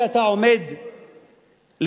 או שאתה עומד לצדו,